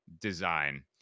design